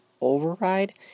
override